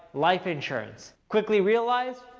life insurance. quickly realized,